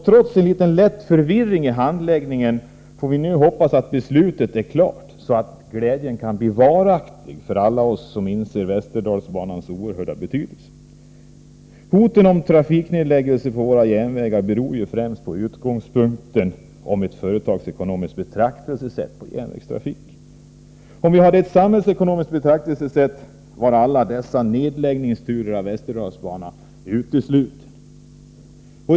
Trots en lätt förvirring i fråga om handläggningen får vi nu hoppas att beslutet är klart, så att glädjen kan bli varaktig för alla oss som inser Västerdalsbanans oerhörda betydelse. Hoten om trafiknedläggelse på våra järnvägar beror främst på utgångspunkten att ett företagsekonomiskt betraktelsesätt skall tillämpas när det gäller järnvägstrafiken. Om vi hade ett samhällsekonomiskt betraktelsesätt vore alla de nedläggningsturer som gällt Västerdalsbanan uteslutna.